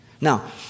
Now